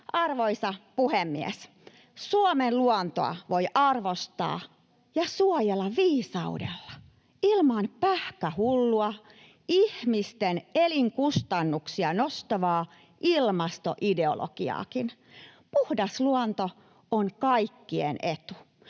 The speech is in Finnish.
Arvoisa puhemies! Suomen luontoa voi arvostaa ja suojella viisaudella — ilman pähkähullua, ihmisten elinkustannuksia nostavaa ilmastoideologiaakin. Puhdas luonto on kaikkien etu,